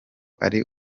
ari